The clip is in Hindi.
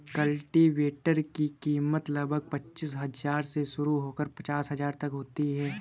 कल्टीवेटर की कीमत लगभग पचीस हजार से शुरू होकर पचास हजार तक होती है